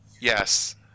Yes